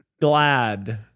glad